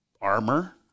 armor